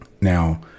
Now